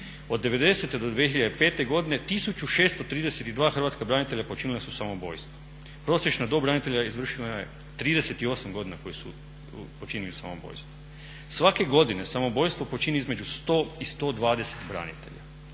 Od '90.do 2005.godine 1632 hrvatska branitelja počinila su samoubojstvo. Prosječna dob branitelja izvršena je 38 godina koji su počinili samoubojstvo. Svake godine samoubojstvo počini između 100 i 120 branitelja.